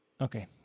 Okay